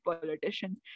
politicians